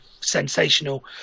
sensational